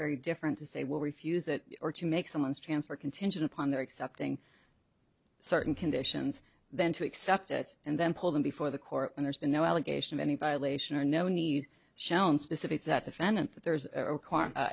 very different to say well refuse it or to make someone's transfer contingent upon their accepting certain conditions then to accept it and then pulled them before the court and there's been no allegation of anybody lation or no need shown specifics that defendant that there's a